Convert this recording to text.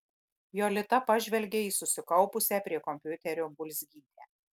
jolita pažvelgė į susikaupusią prie kompiuterio bulzgytę